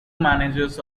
managers